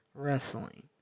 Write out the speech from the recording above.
Wrestling